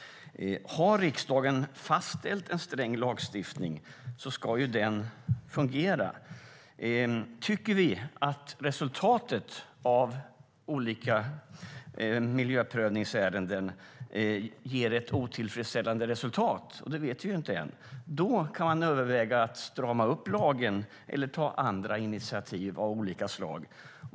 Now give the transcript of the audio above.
Har riksdagen fastställt en sträng lagstiftning ska den fungera. Tycker vi att resultatet av olika miljöprövningsärenden är otillfredsställande - det vet vi inte än - kan man överväga att strama upp lagen eller ta andra initiativ av olika slag.